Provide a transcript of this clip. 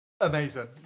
Amazing